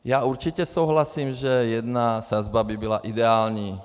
Já určitě souhlasím, že jedna sazba by byla ideální.